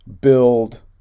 build